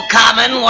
common